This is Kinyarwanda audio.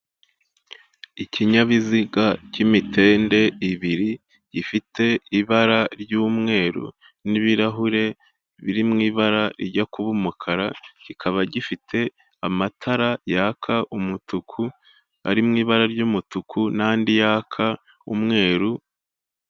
Ikinyabiziga cy'imitende ibiri, gifite ibara ry'umweru n'ibirahure biri mu ibara rijya kuba umukara, kikaba gifite amatara yaka umutuku, ari mu ibara ry'umutuku n'andi yaka umweru...